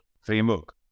framework